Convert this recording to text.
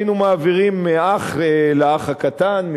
היינו מעבירים מאח לאח הקטן,